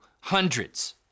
hundreds